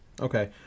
okay